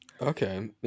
Okay